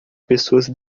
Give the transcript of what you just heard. pessoas